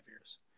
years